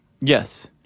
yes